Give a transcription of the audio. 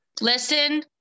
listen